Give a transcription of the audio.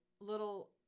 little